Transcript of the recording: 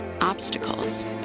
obstacles